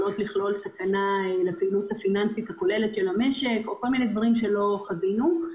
סכנה לפעילות הפיננסית הכוללת של המשק ועוד כל מיני דברים שלא חווינו.